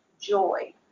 joy